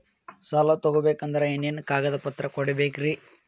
ಸಾಲ ತೊಗೋಬೇಕಂದ್ರ ಏನೇನ್ ಕಾಗದಪತ್ರ ಕೊಡಬೇಕ್ರಿ?